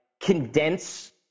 condense